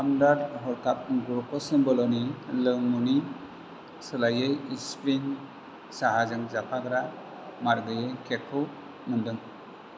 हामदार्द हरखाब ग्लुक'ज बोलोनि लोंमुनि सोलायै स्प्रिं साहाजों जाफाग्रा मार गैयै केकखौ मोनदों